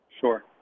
Sure